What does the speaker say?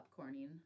popcorning